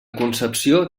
concepció